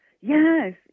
Yes